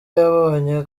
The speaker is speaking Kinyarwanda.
yabonye